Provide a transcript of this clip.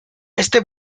este